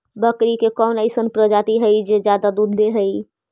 बकरी के कौन अइसन प्रजाति हई जो ज्यादा दूध दे हई?